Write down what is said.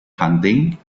hunting